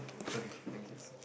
okay thank you so